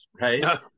right